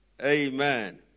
Amen